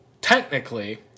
technically